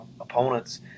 opponents